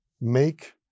Make